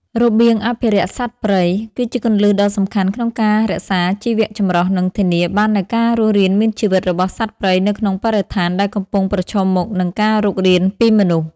របៀងអភិរក្សសត្វព្រៃ គឺជាគន្លឹះដ៏សំខាន់ក្នុងការរក្សាជីវចម្រុះ និងធានាបាននូវការរស់រានមានជីវិតរបស់សត្វព្រៃនៅក្នុងបរិស្ថានដែលកំពុងប្រឈមមុខនឹងការរុករានពីមនុស្ស។